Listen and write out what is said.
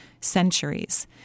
centuries